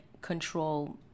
control